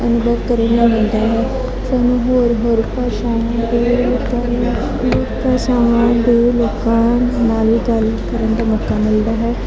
ਅਨੁਭਵ ਕਰਨ ਨੂੰ ਮਿਲਦਾ ਹੈ ਸਾਨੂੰ ਹੋਰ ਹੋਰ ਭਾਸ਼ਾਵਾਂ ਦੇ ਲੋਕਾਂ ਨਾਲ ਗੱਲ ਕਰਨ ਦਾ ਮੌਕਾ ਮਿਲਦਾ ਹੈ